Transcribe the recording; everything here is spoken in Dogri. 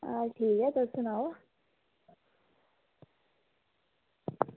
हाल ठीक ऐ तुस सनाओ